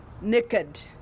naked